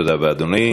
תודה רבה, אדוני.